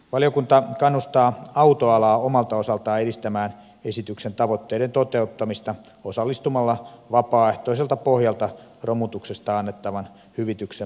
valiokunta kannustaa autoalaa omalta osaltaan edistämään esityksen tavoitteiden toteuttamista osallistumalla vapaaehtoiselta pohjalta romutuksesta annettavan hyvityksen maksamiseen